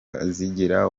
kazigira